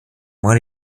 waren